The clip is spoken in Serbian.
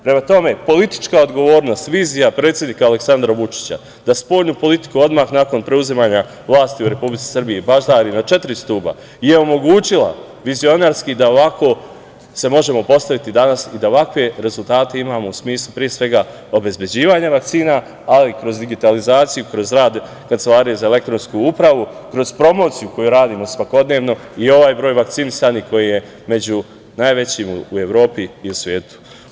Prema tome, politička odgovornost, vizija predsednika Aleksandra Vučića da spoljnu politiku odmah nakon preuzimanja vlasti u Republici Srbi baždari na četiri stuba je omogućila vizionarski da ovako se možemo postaviti danas i da ovakve rezultate imamo u smislu pre svega obezbeđivanja vakcina, ali kroz digitalizaciju i kroz rad Kancelarije za e-Upravu, kroz promociju koju radimo svakodnevno i ovaj broj vakcinisanih koji je među najvećim u Evropi i u svetu.